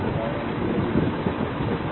तो v0 3 i